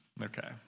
Okay